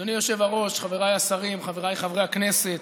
אדוני היושב-ראש, חבריי השרים, חבריי חברי הכנסת,